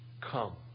Come